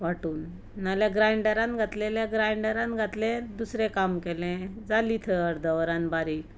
वांटून ना जाल्यार ग्राइंडरान घातलें जाल्यार ग्राइंडरान घातलें दुसरें काम केलें जाली ती अर्द वरान बारीक